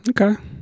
Okay